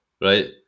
right